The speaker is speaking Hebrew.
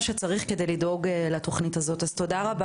שצריך כדי שהתוכנית הזאת תצא לפועל.